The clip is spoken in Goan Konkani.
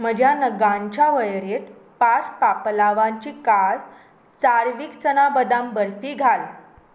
म्हज्या नगांच्या वळेरेंत पांच पापलांवाची कास चार्विक चना बदाम बर्फी घाल